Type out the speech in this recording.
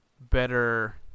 better